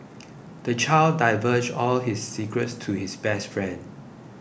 the child divulged all his secrets to his best friend